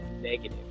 negative